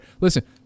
Listen